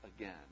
again